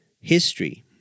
history